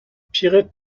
pierrette